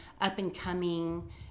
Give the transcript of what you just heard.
up-and-coming